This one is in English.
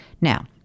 Now